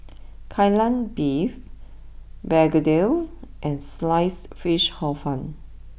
Kai Lan Beef Begedil and sliced Fish Hor fun